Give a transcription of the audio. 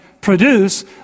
produce